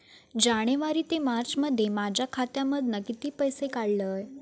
जानेवारी ते मार्चमध्ये माझ्या खात्यामधना किती पैसे काढलय?